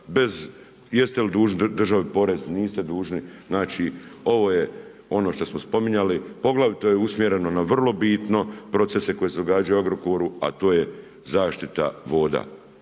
bez jeste li dužni državi porez, niste dužni. Znači ovo je ono što smo spominjali, poglavito je usmjereno na vrlo bitno, procese koji se događaju u Agrokoru a to je zaštita voda.